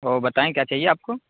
اور بتائیں کیا چاہیے آپ کو